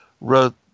wrote